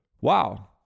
Wow